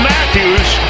Matthews